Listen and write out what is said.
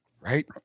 Right